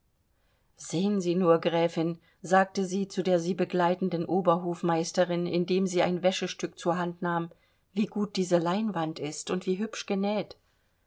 sehen sie nur gräfin sagte sie zu der sie begleitenden obersthofmeisterin indem sie ein wäschestück zur hand nahm wie gut diese leinwand ist und wie hübsch genäht